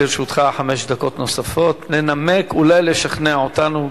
לרשותך חמש דקות נוספות לנמק ואולי לשכנע אותנו.